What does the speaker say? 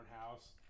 house